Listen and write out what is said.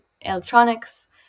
electronics